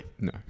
No